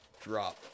drop